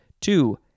Two